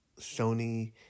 Sony